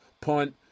punt